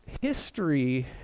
History